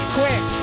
quick